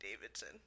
Davidson